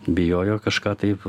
bijojo kažką taip